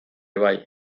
bai